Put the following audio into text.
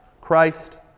Christ